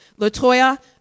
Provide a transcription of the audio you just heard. LaToya